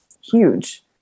huge